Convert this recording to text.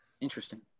Interesting